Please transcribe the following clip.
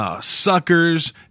Suckers